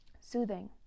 Soothing